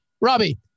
Robbie